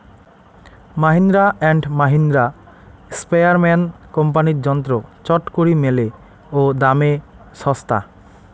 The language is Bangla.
মাহিন্দ্রা অ্যান্ড মাহিন্দ্রা, স্প্রেয়ারম্যান কোম্পানির যন্ত্র চটকরি মেলে ও দামে ছস্তা